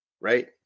Right